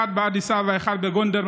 אחד באדיס אבבה ואחד בגונדר,